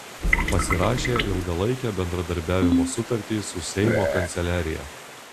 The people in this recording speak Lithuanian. pasirašė ilgalaikę bendradarbiavimo sutartį su seimo kanceliarija